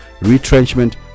Retrenchment